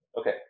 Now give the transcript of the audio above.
Okay